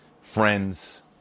friends